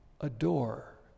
Adore